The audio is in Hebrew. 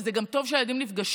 וזה גם טוב שהילדים נפגשים,